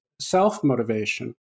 self-motivation